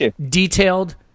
detailed